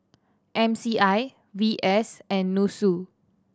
M C I V S and NUSSU